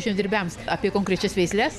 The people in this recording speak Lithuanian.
žemdirbiams apie konkrečias veisles